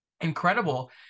incredible